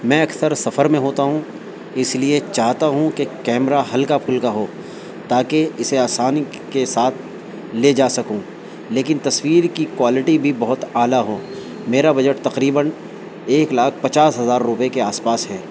میں اکثر سفر میں ہوتا ہوں اس لیے چاہتا ہوں کہ کیمرہ ہلکا پھلکا ہو تاکہ اسے آسانی کے ساتھ لے جا سکوں لیکن تصویر کی کوالٹی بھی بہت اعلیٰ ہو میرا بجٹ تقریباً ایک لاکھ پچاس ہزار روپئےے کے آس پاس ہے